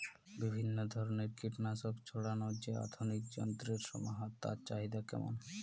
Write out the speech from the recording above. বিভিন্ন ধরনের কীটনাশক ছড়ানোর যে আধুনিক যন্ত্রের সমাহার তার চাহিদা কেমন?